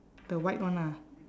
the white one ah